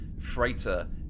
freighter